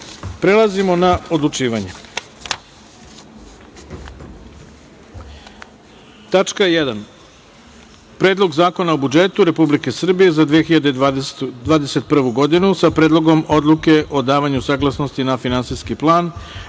na odlučivanje. Tačka 1 – Predlog zakona o budžetu Republike Srbije za 2021. godinu, sa predlogom Odluke o davanju saglasnosti na finansijski plan